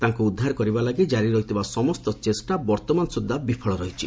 ତାଙ୍କୁ ଉଦ୍ଧାର କରିବା ଲାଗି ଜାରି ରହିଥିବା ସମସ୍ତ ଚେଷ୍ଟା ବର୍ତ୍ତମାନ ସୁଦ୍ଧା ବିଫଳ ରହିଛି